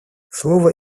слово